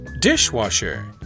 Dishwasher